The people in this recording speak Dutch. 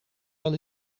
wel